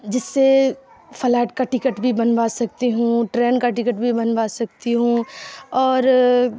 جس سے فلائٹ کا ٹکٹ بھی بنوا سکتی ہوں ٹرین کا ٹکٹ بھی بنوا سکتی ہوں اور